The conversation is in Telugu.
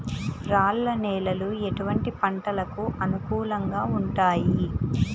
రాళ్ల నేలలు ఎటువంటి పంటలకు అనుకూలంగా ఉంటాయి?